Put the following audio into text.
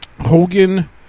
Hogan